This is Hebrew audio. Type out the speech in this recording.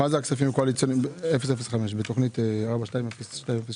מה זה הכספים הקואליציוניים בתוכנית 42-005?